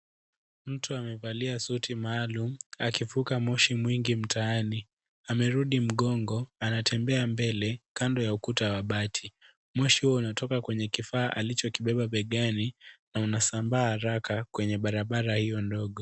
Mtu amevalia suti maalum akivuka moshi mtaani, amerudi mgongo anatembea mbele kando ya ukuta wa mabati, moshi huu unatoka kwenye kifaa alichokibeba begani na unasambaa haraka kwenye barabara hiyo ndogo.